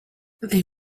they